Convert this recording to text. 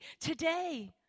today